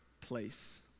place